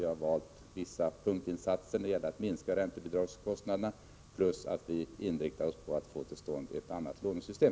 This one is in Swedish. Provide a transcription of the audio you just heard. Vi har valt att göra vissa punktinsatser för att minska räntebidragskostnaderna, och vi inriktar oss på att få till stånd ett annat lånesystem.